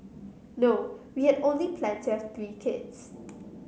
no we had only planned to have three kids